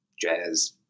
jazz